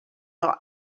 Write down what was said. are